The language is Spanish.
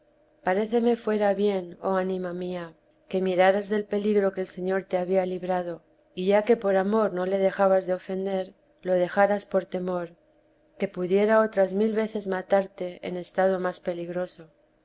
mí paréceme fuera bien oh ánima mía que miraras del peligro que el señor te había librado y ya que por amor no le dejabas de ofender lo dejaras por temor que pudiera otras mil veces matarte en estado más peligroso